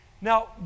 Now